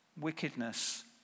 wickedness